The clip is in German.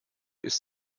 ist